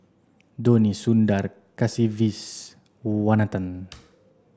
Dhoni Sundar Kasiviswanathan